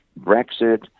Brexit